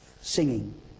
singing